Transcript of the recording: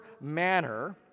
manner